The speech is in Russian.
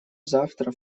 завтра